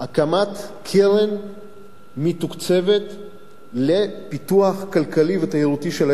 הקמת קרן מתוקצבת לפיתוח כלכלי ותיירותי של האזור הזה.